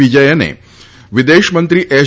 વિજયને વિદેશમંત્રી એસ